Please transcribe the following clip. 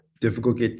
Difficult